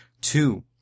Two